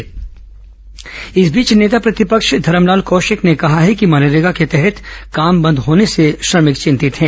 नेता प्रतिपक्ष बयान इस बीच नेता प्रतिपक्ष धरमलाल कौशिक ने कहा है कि मनरेगा के तहत काम बंद होने से श्रमिक विंतित है